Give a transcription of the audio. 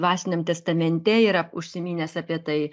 dvasiniam testamente yra užsiminęs apie tai